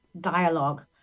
dialogue